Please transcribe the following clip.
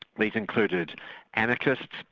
like included anarchists,